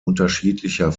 unterschiedlicher